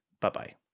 Bye-bye